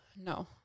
No